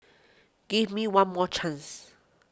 give me one more chance